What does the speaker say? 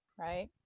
right